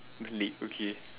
the lake okay